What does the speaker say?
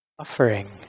suffering